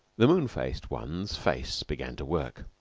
the moon-faced one's face began to work.